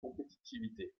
compétitivité